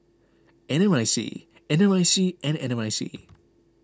N R I C N R I C and N R I C